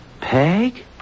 Peg